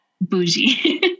bougie